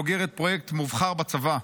בוגרת פרויקט מובחר בצבא.